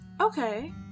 okay